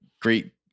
great